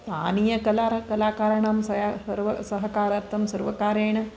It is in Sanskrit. स्तानीयकला कलाकाराणां सहकारार्थं सर्वकारेण